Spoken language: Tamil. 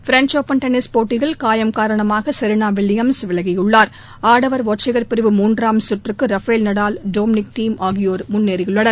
பிரெஞ்ச் ஒப்பன் டென்னிஸ் போட்டியில் காயம் காரணமாக செரினா வில்லியம்ஸ் விலகியுள்ளார் ஆடவர் ஒற்றையர் பிரிவு மூன்றாம் சுற்றுக்கு ரஃபேல் நடால் டோம்னிக் தீம் ஆகியோர் முன்னேறியுள்ளனர்